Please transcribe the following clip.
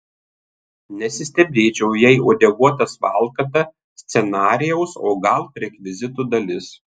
nesistebėčiau jei uodeguotas valkata scenarijaus o gal rekvizito dalis